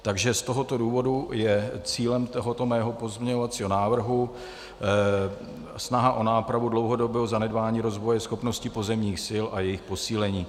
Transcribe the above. Takže z tohoto důvodu je cílem tohoto mého pozměňovacího návrhu snaha o nápravu dlouhodobého zanedbání rozvoje schopností pozemních sil a jejich posílení.